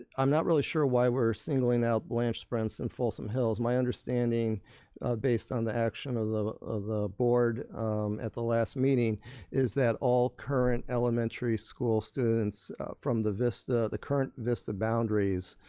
i'm not really sure why we're singling out blanche sprentz and folsom hills. my understanding based on the action of the of the board at the last meeting is that all current elementary school students from the vista, the the current vista boundaries